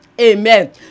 Amen